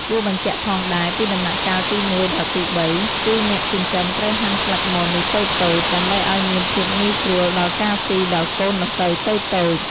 គួរបញ្ជាក់ផងដែរ ពីដំណាក់កាលទី១ ដល់ទី៣ គឺអ្នកចិញ្ចឹមត្រូវហាន់ស្លឹកមននោះតូចៗ ដើម្បីអោយមានភាពងាយស្រួលដល់ការស៊ីដល់កូនដង្កូវតូចៗ។